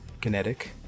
kinetic